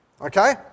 okay